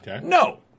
No